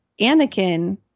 anakin